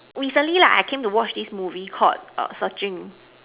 recently like I came to watch this movie called searching